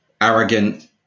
arrogant